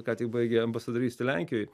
ką tik baigė ambasadorystę lenkijoj